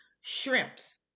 shrimps